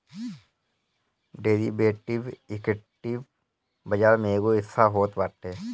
derivative, equity बाजार के एगो हिस्सा होत बाटे